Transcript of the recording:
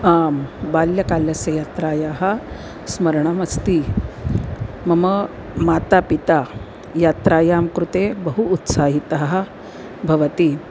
आं बाल्यकालस्य यात्रायाः स्मरणमस्ति मम माता पिता यात्रायां कृते बहु उत्साहिताः भवति